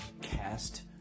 cast